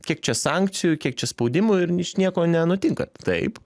kiek čia sankcijų kiek čia spaudimų ir ničnieko nenutinka taip